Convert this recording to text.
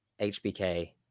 hbk